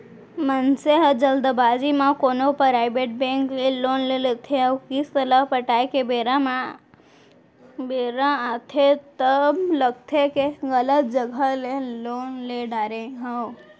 मनसे ह जल्दबाजी म कोनो पराइबेट बेंक ले लोन ले लेथे अउ किस्त ल पटाए के बेरा आथे तब लगथे के गलत जघा ले लोन ले डारे हँव